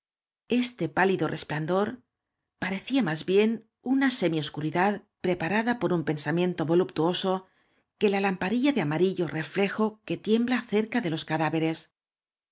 este pálido resplandor parecía más bien una íemi oscuridad preparada por un pensamiento voluptaoso que la lamparilla de amarillo reflejo que tiembla cerca de los cadáveres